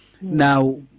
now